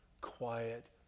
quiet